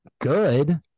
good